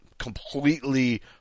completely